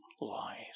lies